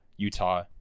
Utah